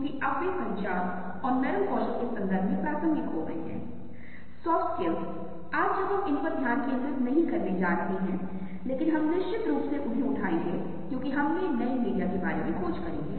जैसा कि मैंने आपसे कहा कि कृपया कुछ बहुत ही रोमांचक सर्वेक्षणों के लिए कुछ बहुत ही रोचक चित्र और उनके जवाब देने का तरीका हमें बहुत सी बातें बताएगा और हम आपकी प्रतिक्रियाएँ आपके साथ साझा करेंगे ताकि हम एक साथ हो सकें कुछ छोटे छोटे रोचक खोज एक साथ करें